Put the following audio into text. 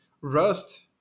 Rust